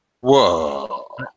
Whoa